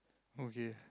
okay